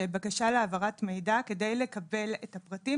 שבקשה להעברת מידע כדי לקבל את הפרטים,